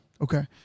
Okay